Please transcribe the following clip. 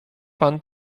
pan